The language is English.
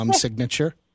signature